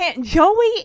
Joey